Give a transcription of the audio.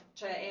cioè